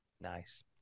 Nice